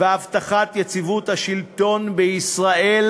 והבטחת יציבות השלטון בישראל".